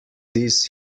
this